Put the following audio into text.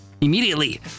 immediately